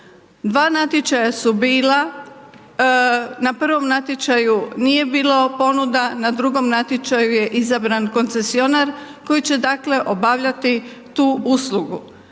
2 natječaja su bila, na prvom natječaju nije bilo ponuda, na drugom natječaju je izabran koncesionar koji će dakle obavljati tu uslugu.